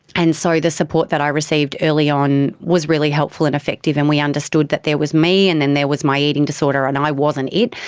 and so the support that i received early on was really helpful and effective and we understood that there was me and then there was my eating disorder and i wasn't it.